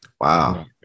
Wow